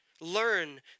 Learn